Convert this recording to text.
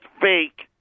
fake